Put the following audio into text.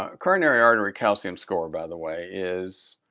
ah coronary artery calcium score by the way, is